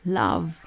love